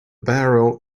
barrel